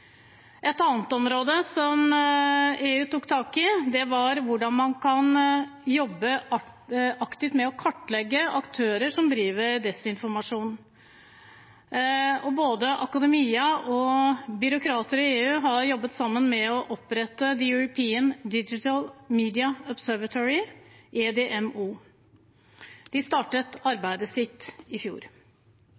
Et annet område som EU tok tak i, var hvordan man kan jobbe aktivt med å kartlegge aktører som driver desinformasjon. Både akademia og byråkrater i EU har jobbet sammen med å opprette The European Digital Media Observatory, EDMO. De startet